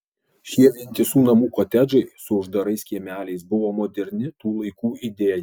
šie vientisų namų kotedžai su uždarais kiemeliais buvo moderni tų laikų idėja